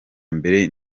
mbere